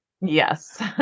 Yes